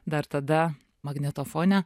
dar tada magnetofone